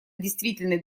действительной